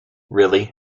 really